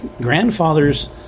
grandfathers